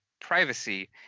privacy